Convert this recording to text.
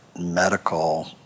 medical